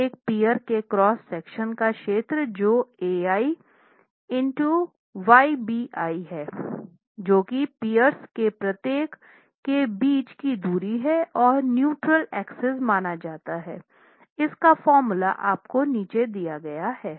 प्रत्येक पियर के cross section का क्षेत्र जो Ai i है जो कि पियर्स में प्रत्येक के बीच की दूरी हैं और न्यूट्रल एक्सिस माना जाता हैं